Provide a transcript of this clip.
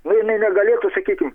nu jinai negalėtų sakykim